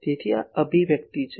તેથી આ અભિવ્યક્તિ છે